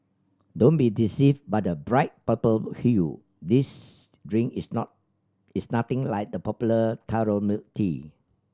don't be deceived by the bright purple hue this drink is not is nothing like the popular taro milk tea